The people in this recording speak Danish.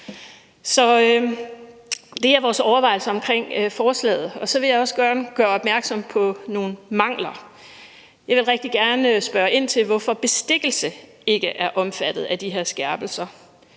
Det er vores overvejelser om forslaget. Så vil jeg også gerne gøre opmærksom på nogle mangler. Jeg vil rigtig gerne spørge ind til, hvorfor bestikkelse ikke er omfattet af de her skærpelser.